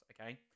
okay